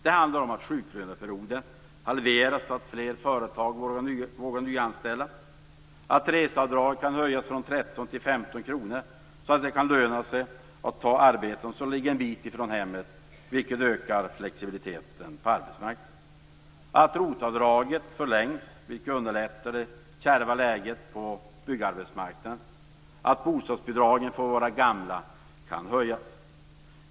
Det handlar om - att sjuklöneperioden halveras så att fler företag vågar nyanställa, - att reseavdraget kan höjas från 13 till 15 kr så att det kan löna sig att ta arbeten som ligger en bit från hemmet, vilket ökar flexibiliteten på arbetsmarknaden, - att ROT-avdraget förlängs, vilket underlättar det kärva läget på byggarbetsmarknaden och - att bostadsbidragen för våra gamla kan höjas.